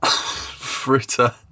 Fritter